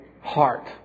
heart